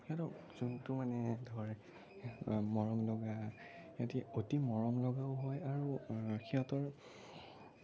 সিহঁতৰ যোনটো মানে ধৰে মৰম লগা সিহঁতি অতি মৰম লগাও হয় আৰু সিহঁতৰ